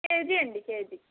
KG అండి KG